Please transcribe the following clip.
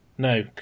No